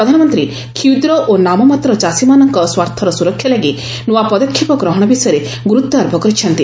ପ୍ରଧାନମନ୍ତ୍ରୀ କ୍ଷୁଦ୍ର ଓ ନାମମାତ୍ର ଚାଷୀମାନଙ୍କ ସ୍ୱାର୍ଥର ସୁରକ୍ଷା ଲାଗି ନୂଆ ପଦକ୍ଷେପ ଗ୍ରହଣ ବିଷୟରେ ଗୁରୁତ୍ୱ ଆରୋପ କରିଛନ୍ତି